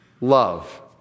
love